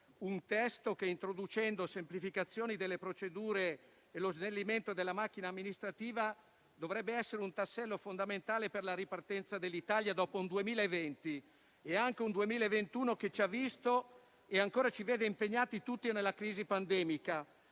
un testo che, introducendo semplificazioni delle procedure e lo snellimento della macchina amministrativa, dovrebbe essere un tassello fondamentale per la ripartenza dell'Italia dopo un 2020 e anche un 2021 che ci hanno visto e ancora ci vedono impegnati tutti nella crisi pandemica.